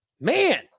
Man